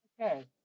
okay